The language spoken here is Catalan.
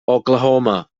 oklahoma